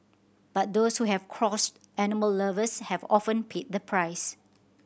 but those who have crossed animal lovers have often paid the price